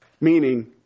Meaning